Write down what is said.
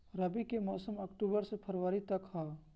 रबी के मौसम अक्टूबर से फ़रवरी तक ह